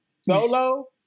Solo